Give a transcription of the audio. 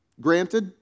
granted